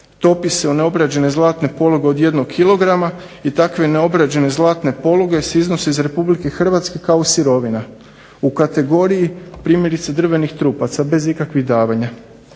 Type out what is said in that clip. topi se u neobrađene zlatne poluge od 1 kg i takve neobrađene zlatne poluge se iznose iz RH kao sirovina u kategoriji primjerice drvenih trupaca bez ikakvih davanja.